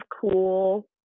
cool